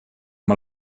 amb